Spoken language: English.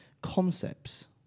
concepts